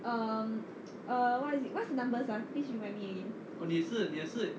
um what is what's the numbers ah please remind me again